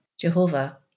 Jehovah